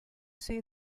say